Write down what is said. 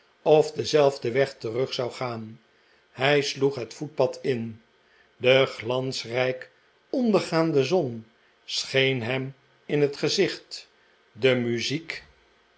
of denzelfden weg terug zou gaan hij sloeg het voetpad in de glansrijk ondergaande zon scheen hem in het gezicht de muziek